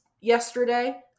yesterday